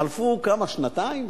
חלפו, כמה, שנתיים?